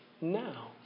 now